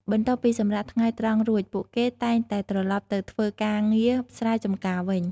បន្ទាប់ពីសម្រាកថ្ងៃត្រង់រួច ពួកគេតែងតែត្រឡប់ទៅធ្វើការងារស្រែចម្ការវិញ។